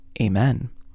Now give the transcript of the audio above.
Amen